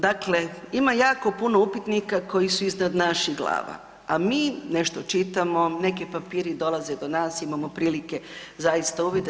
Dakle, ima jako puno upitnika koji su iznad naših glava, a mi nešto čitamo, neki papiri dolaze do nas, imamo prilike zaista uvida.